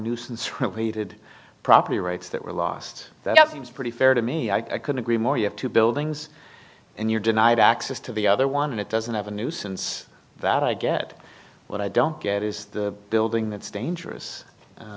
nuisance repeated property rights that were lost that seems pretty fair to me i couldn't agree more you have two buildings and you're denied access to the other one and it doesn't have a nuisance that i get what i don't get is the building that's dangerous